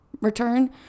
return